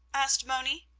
asked moni.